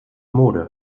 mode